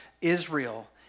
Israel